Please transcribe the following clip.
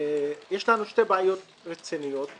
יש לנו שתי בעיות רציניות.